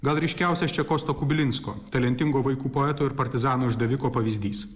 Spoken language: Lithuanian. gal ryškiausias čia kosto kubilinsko talentingo vaikų poeto ir partizano išdaviko pavyzdys